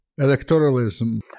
Electoralism